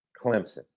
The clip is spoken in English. Clemson